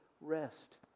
rest